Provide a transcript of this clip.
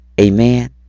Amen